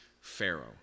Pharaoh